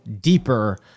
deeper